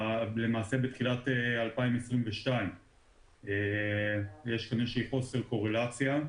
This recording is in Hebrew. למעשה בתחילת 2022. יש כאן איזושהי חוסר קורלציה.